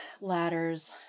ladders